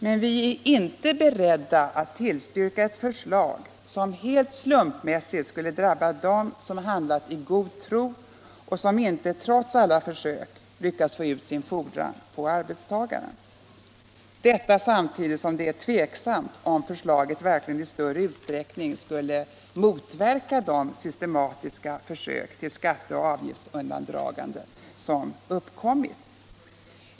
Men vi är inte beredda att tillstyrka ett förslag som helt slumpmässigt skulle drabba dem som handlat i god tro och som inte, trots alla försök, lyckats få ut sin fordran på arbetstagaren —- detta samtidigt som det är tveksamt om förslaget verkligen i större utsträckning skulle motverka de systematiska försök till skatteoch avgiftsundandragande som uppkommit.